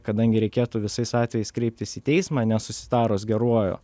kadangi reikėtų visais atvejais kreiptis į teismą nesusitarus geruoju